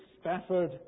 Stafford